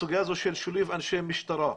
הסוגיה הזאת של שילוב אנשי משטרה,